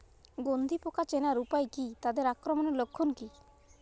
গন্ধি পোকা চেনার উপায় কী তাদের আক্রমণের লক্ষণ কী?